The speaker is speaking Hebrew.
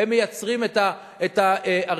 הם מייצרים את הערים,